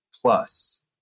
plus